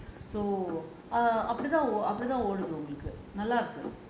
so அப்டிதான் அப்டிதான் ஓடுது உங்களுக்கு நல்லா இருக்கு:apdithaan apdithaan oduthu ungalukku nallaa irukku